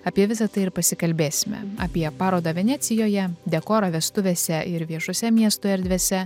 apie visa tai ir pasikalbėsime apie parodą venecijoje dekorą vestuvėse ir viešose miesto erdvėse